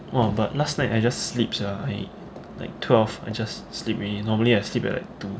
oh but last night I just sleep sia I mean like twelve I just sleep already normally I sleep at like two